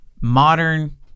modern